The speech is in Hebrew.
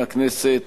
שמח להציג בפני הכנסת